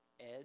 edge